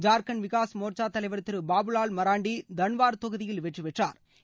ஜார்கண்ட் விக்காஸ் மோர்ச்சா தலைவர் திரு பாபுவால் மாரெண்டி தன்வார் தொகுதியில் வெற்றி பெற்றாா்